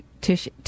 tissue